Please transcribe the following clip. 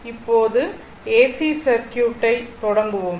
இப்போது AC circuit ஐ தொடங்குவோம்